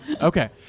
okay